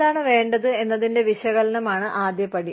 എന്താണ് വേണ്ടത് എന്നതിന്റെ വിശകലനമാണ് ആദ്യപടി